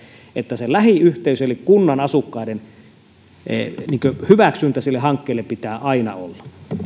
että lähiyhteisön eli kunnan asukkaiden hyväksyntä sille hankkeelle pitää aina olla